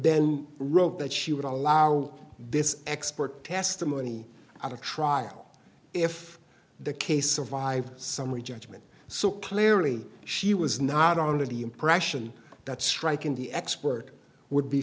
then wrote that she would allow this expert testimony at a trial if the case survived summary judgment so clearly she was not on to the impression that striking the expert would be